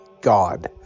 god